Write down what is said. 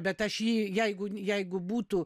bet aš jį jeigu jeigu būtų